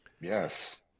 Yes